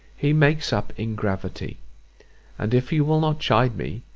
he makes up in gravity and if you will not chide me,